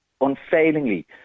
unfailingly